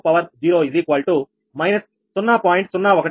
తరువాత ∆20 −0